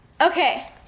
Okay